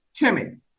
Kimmy